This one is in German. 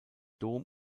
dom